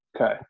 Okay